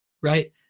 right